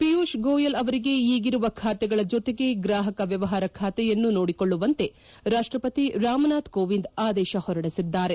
ಪಿಯೂಷ್ ಗೋಯಲ್ ಅವರಿಗೆ ಈಗಿರುವ ಖಾತೆಗಳ ಜೊತೆಗೆ ಗ್ರಾಪಕ ವ್ಯವಹಾರ ಖಾತೆಯನ್ನೂ ನೋಡಿಕೊಳ್ಳುವಂತೆ ರಾಷ್ಷಪತಿ ರಾಮನಾಥ್ ಕೋವಿಂದ್ ಆದೇಶ ಹೊರಡಿಸಿದ್ದಾರೆ